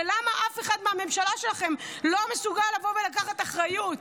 ולמה אף אחד מהממשלה שלכם לא מסוגל לבוא ולקחת אחריות?